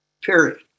Period